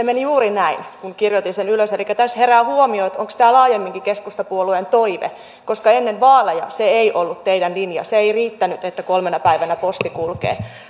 meni juuri näin kun kirjoitin sen ylös elikkä tässä herää huomio että onko tämä laajemminkin keskustapuolueen toive koska ennen vaaleja se ei ollut teidän linjanne se ei riittänyt että kolmena päivänä posti kulkee